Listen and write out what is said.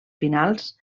finals